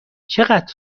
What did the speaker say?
چقدر